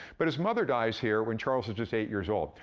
but his mother dies here when charles is just eight years old.